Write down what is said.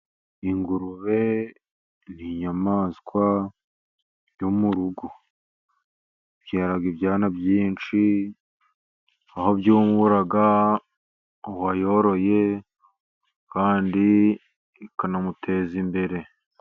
Ingurube ni inyamaswa yo mu rugo. Ibyara ibyana byinshi, aho byungura uwayoroye, kandi ikanamuteza imbere.